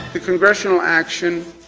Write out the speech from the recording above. the congressional action,